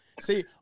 See